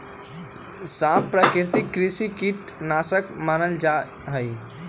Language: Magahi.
सांप प्राकृतिक कृषि कीट नाशक मानल जा हई